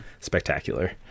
spectacular